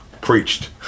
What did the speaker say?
preached